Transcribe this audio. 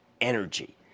Energy